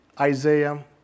Isaiah